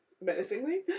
Menacingly